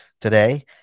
today